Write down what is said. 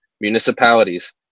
municipalities